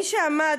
מי שעמד,